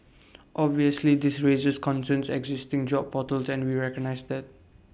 obviously this raises concerns existing job portals and we recognise that